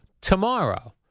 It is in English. tomorrow